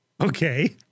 Okay